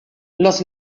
los